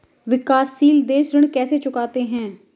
विकाशसील देश ऋण कैसे चुकाते हैं?